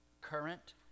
current